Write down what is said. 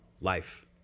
life